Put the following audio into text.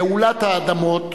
גאולת האדמות,